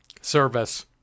service